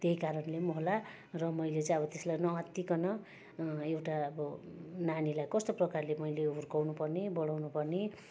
त्यही कारणले पनि होला र मैले चाहिँ अब त्यसलाई नआत्तिकन एउटा अब नानीलाई कस्तो प्रकारले मैले हुर्काउनुपर्ने बढाउनुपर्ने